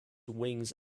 wings